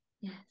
yes